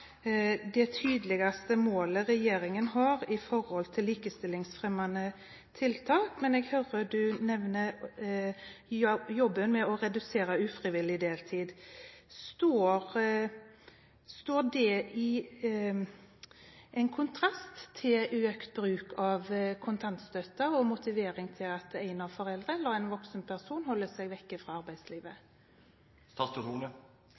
det tydeligste målet regjeringen har når det gjelder likestillingsfremmende tiltak, men jeg hører statsråden nevner jobben med å redusere ufrivillig deltid. Står det i kontrast til økt bruk av kontantstøtte og motivering til at en av foreldrene, eller en voksenperson, holder seg vekk fra arbeidslivet?